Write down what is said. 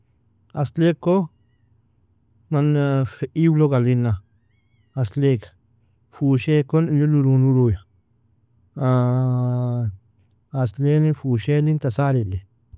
Aslaykko, man iuulog alin'an, aslayga, fushaekon inghirr nulu nuluya, aslayllin, fushaellin, tasaalilli.